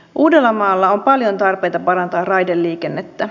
uudellamaalla on paljon tarpeita parantaa raideliikennettä